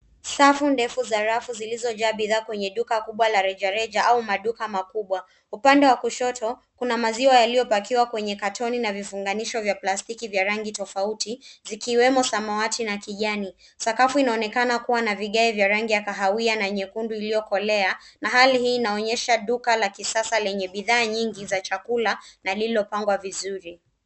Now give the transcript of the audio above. Safu ndefu za rafu zilizojaa bidhaa kwenye duka kubwa la rejareja au maduka makubwa. Upande wa kushoto kuna maziwa yaliyopakiwa kwenye katoni na vifunganisho vya plastiki vya rangi tofauti zikiwemo samawati na kijani. Sakafu inaonekana kuwa na vigae vya rangi ya kahawia na nyekundu iliyokolea na hali hii inaonyesha duka la kisasa lenye bidhaa nyingi za chakula na lililopangwa vizuri.